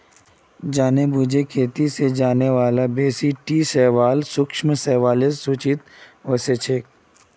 जानेबुझे खेती स जाने बाला बेसी टी शैवाल सूक्ष्म शैवालेर श्रेणीत ओसेक छेक